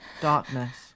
Darkness